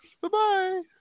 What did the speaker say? Bye-bye